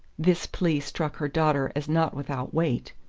this plea struck her daughter as not without weight.